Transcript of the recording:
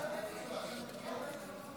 סעיפים 1 5 נתקבלו.